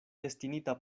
destinita